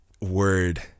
word